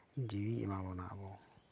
ᱡᱤᱣᱤᱭ ᱮᱢᱟᱵᱚᱱᱟ ᱟᱵᱚ